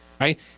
Right